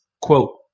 quote